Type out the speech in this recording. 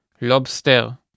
Lobster